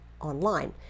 online